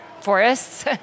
forests